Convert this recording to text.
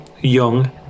Young